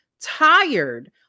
tired